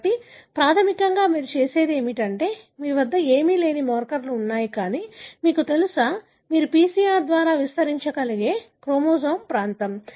కాబట్టి ప్రాథమికంగా మీరు చేసేది ఏమిటంటే మీ వద్ద ఏమీ లేని మార్కర్లు ఉన్నాయి కానీ మీకు తెలుసా మీరు PCR ద్వారా విస్తరించగల క్రోమోజోమ్ ప్రాంతం